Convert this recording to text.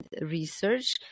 research